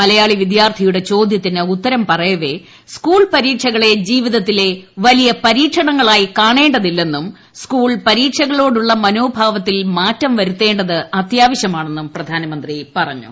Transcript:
മലയാളി വിദ്യാർത്ഥിയുടെ ചോദ്യത്തിന് ഉത്തരം പറയവെ സ്കൂൾ പരീക്ഷകളെ ജിവിതത്തിലെ വലിയ പരീക്ഷണങ്ങളായി കാണേ തില്ലെന്നും സ്കൂൾ പരീക്ഷകളോടുള്ള മനോഭാവത്തിൽ മാറ്റം വരുത്തേ ത് അത്യാവശ്യമാണെന്നും പ്രധാനമന്ത്രി പറഞ്ഞു